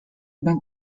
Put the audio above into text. been